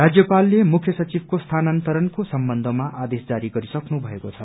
राज्यपालले मुख्य सचिवको स्थानन्तरणको सम्बन्धमा आदेश जारी गरिसक्नु भएको छ